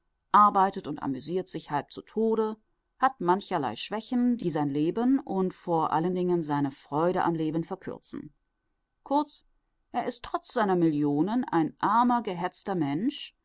arbeitet und amüsiert sich halb zu tode hat mancherlei schwächen die sein leben und vor allen dingen seine freude am leben verkürzen kurz ist trotz seiner millionen ein armer gehetzter mensch